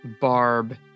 barb